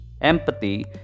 empathy